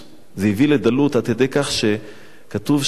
זה הביא לדלות עד כדי כך שכתוב שהוא הולך